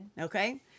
Okay